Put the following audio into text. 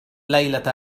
ليلة